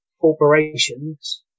corporations